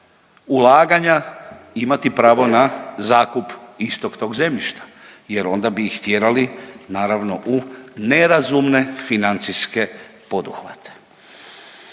ulaganja imati pravo na zakup istog tog zemljišta jer onda bi ih tjerali naravno u nerazumne financijske poduhvate.